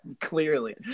clearly